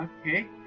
Okay